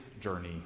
journey